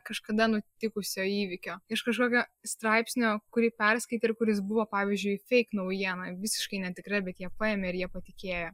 kažkada nutikusio įvykio iš kažkokio straipsnio kurį perskaitei ir kuris buvo pavyzdžiui feik naujiena visiškai netikra bet jie paėmė ir jie patikėjo